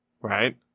right